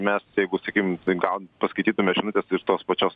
mes jeigu sakykim gal paskaitytume žinutes iš tos pačios